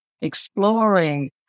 exploring